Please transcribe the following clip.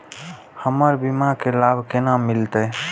हमर बीमा के लाभ केना मिलते?